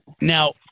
now